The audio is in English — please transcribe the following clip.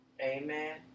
Amen